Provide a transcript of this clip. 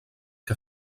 que